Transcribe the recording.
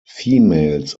females